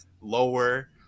lower